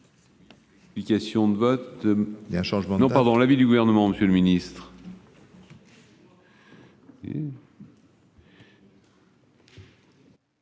...